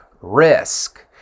risk